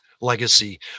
legacy